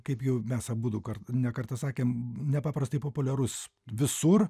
kaip jau mes abudu kar ne kartą sakėm nepaprastai populiarus visur